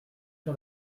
sur